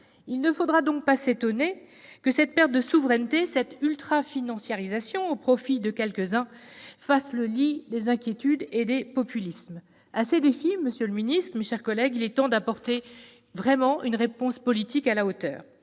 Il ne faudra donc pas s'étonner que cette perte de souveraineté et cette « ultrafinanciarisation » au profit de quelques-uns fassent le lit des inquiétudes et des populismes. À ces défis, monsieur le ministre, mes chers collègues, il est temps d'apporter vraiment une réponse politique à la hauteur.